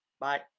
Bye